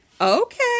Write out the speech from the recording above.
Okay